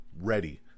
Ready